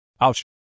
Ouch